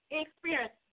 experience